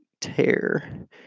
tear